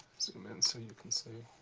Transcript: zoom in. so you can see